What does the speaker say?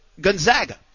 Gonzaga